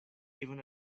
even